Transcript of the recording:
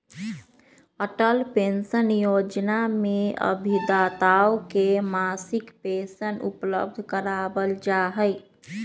Atal pension Yojana में अभिदाताओं के मासिक पेंशन उपलब्ध करावल जाहई